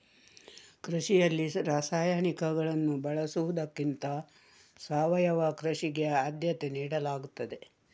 ಕೃಷಿಯಲ್ಲಿ ರಾಸಾಯನಿಕಗಳನ್ನು ಬಳಸುವುದಕ್ಕಿಂತ ಸಾವಯವ ಕೃಷಿಗೆ ಆದ್ಯತೆ ನೀಡಲಾಗ್ತದೆ